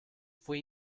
fue